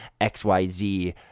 XYZ